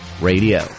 Radio